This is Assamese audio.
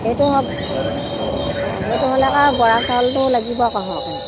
সেইটো হয় অঁ অঁ সেইটো হ'লে আকৌ বৰা চাউলটো লাগিব আকৌ সৰকে হয় নাই